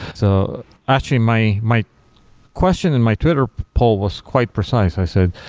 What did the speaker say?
so actually my my question in my twitter poll was quite precise. i said,